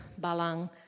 Balang